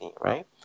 right